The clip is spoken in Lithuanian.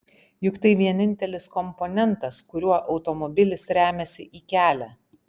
juk tai vienintelis komponentas kuriuo automobilis remiasi į kelią